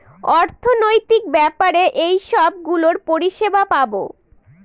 অর্থনৈতিক ব্যাপারে এইসব গুলোর পরিষেবা পাবো